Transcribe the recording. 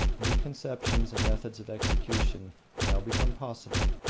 new conceptions and methods of execution now become possible,